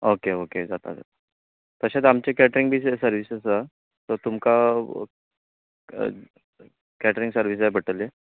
okay okay जाता जाता तशेंच आमचें कॅटरिंग बी ती सर्विस आसा सो तुमकां केट्रिंग सर्वीस जाय पडटली